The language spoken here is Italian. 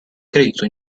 credito